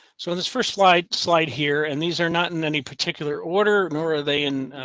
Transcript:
so, in this first, slide slide here. and these are not in any particular order. nora, they, in